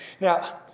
Now